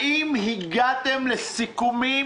האם הגעתם לידי סיכומים,